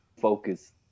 focus